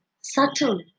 subtle